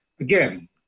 Again